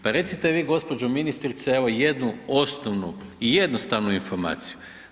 Pa recite vi gđo. ministrice evo jednu osnovnu i jednostavnu informaciju.